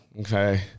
okay